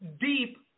deep